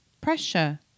pressure